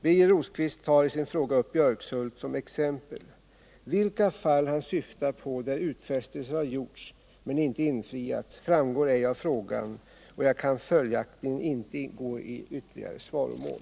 Birger Rosqvist tar i sin fråga upp Björkshult som exempel. Vilka fall han syftar på där utfästelser har gjorts men inte infriats framgår ej av frågan, och jag kan följaktligen inte gå i ytterligare svaromål.